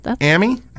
Amy